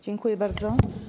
Dziękuję bardzo.